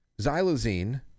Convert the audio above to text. xylazine